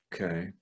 okay